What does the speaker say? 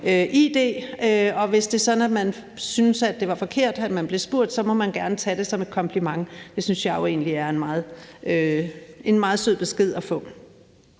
hvis det er sådan, at man synes, at det var forkert, at man blev spurgt, så gerne må tage det som et kompliment. Det synes jeg jo egentlig er en meget sød besked at få.